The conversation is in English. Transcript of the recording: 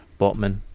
Botman